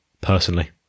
personally